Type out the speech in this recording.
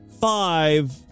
five